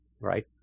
right